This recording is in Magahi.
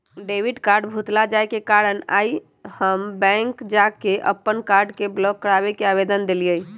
डेबिट कार्ड भुतला जाय के कारण आइ हम बैंक जा कऽ अप्पन कार्ड के ब्लॉक कराबे के आवेदन देलियइ